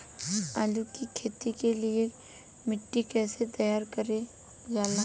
आलू की खेती के लिए मिट्टी कैसे तैयार करें जाला?